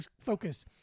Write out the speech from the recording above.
focus